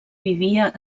vivia